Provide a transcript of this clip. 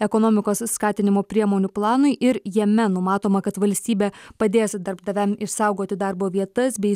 ekonomikos skatinimo priemonių planui ir jame numatoma kad valstybė padės darbdaviam išsaugoti darbo vietas bei